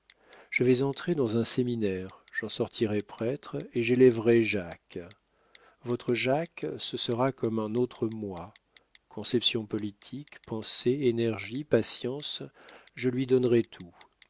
je vais entrer dans un séminaire j'en sortirai prêtre et j'élèverai jacques votre jacques ce sera comme un autre moi conceptions politiques pensée énergie patience je lui donnerai tout